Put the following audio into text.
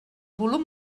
volum